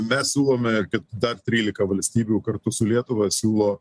mes siūlome kad dar trylika valstybių kartu su lietuva siūlo